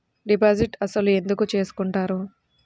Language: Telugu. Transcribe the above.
డిపాజిట్ అసలు ఎందుకు చేసుకుంటారు?